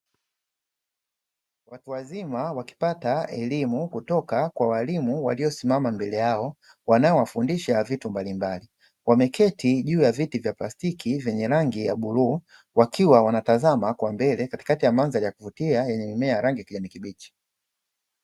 Watu wazima wakipata elimu kutoka kwa walimu waliosimama mbele yao wanaowafundisha vitu mbalimbali, wameketi juu ya vyeti vya plastiki venye rangi ya buluu wakiwa wanatazama kwa mbele katikati ya mandhari ya kuvutia yenye mimea ya kijani kibichi.